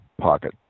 pocket